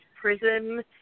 prison